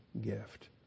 gift